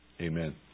Amen